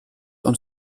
und